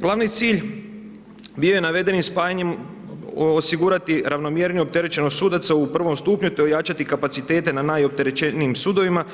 Glavni cilj bio je navedenim spajanjem osigurati ravnomjerniju opterećenost sudaca u prvom stupnju te ojačati kapacitete na najopterećenijim sudovima